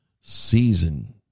Season